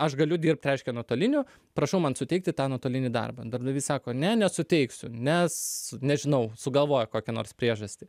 aš galiu dirbti reiškia nuotoliniu prašau man suteikti tą nuotolinį darbą darbdavys sako ne nesuteiksiu nes nežinau sugalvoja kokią nors priežastį